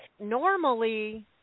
normally